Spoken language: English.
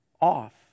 off